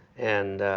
and